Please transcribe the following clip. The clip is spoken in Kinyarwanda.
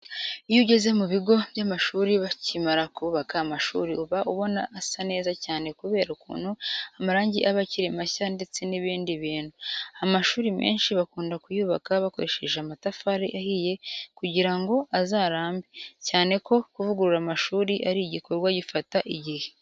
Iyo ugeze mu bigo by'amashuri bakimara kubaka amashuri, uba ubona asa neza cyane kubera ukuntu amarangi aba akiri mashya ndetse n'ibindi bintu. Amashuri menshi bakunda kuyubaka bakoreshe amatafari ahiye kugira ngo azarambe, cyane ko kuvugurura amashuri ari igikorwa gifata igihe.